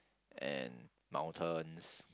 and mountains